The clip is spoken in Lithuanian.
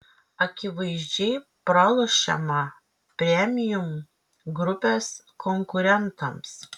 akivaizdžiai pralošiama premium grupės konkurentams